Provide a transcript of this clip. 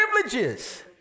privileges